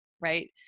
right